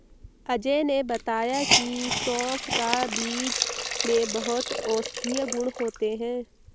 अजय ने बताया की सौंफ का बीज में बहुत औषधीय गुण होते हैं